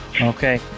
Okay